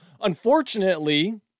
Unfortunately